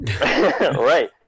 Right